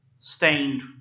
stained